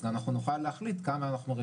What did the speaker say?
אז אנחנו נוכל להחליט כמה אנחנו ...